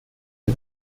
die